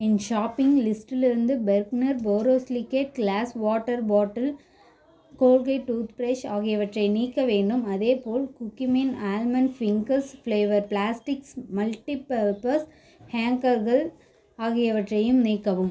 என் shopping லிஸ்டிலிருந்து Bergner borosilicate glass water bottle Colgate tooth brush ஆகியவற்றை நீக்க வேண்டும் அதேபோல் cookie man almond fingers Flair plastics multipurpose ஹேங்கர்கள் ஆகியவற்றையும் நீக்கவும்